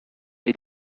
est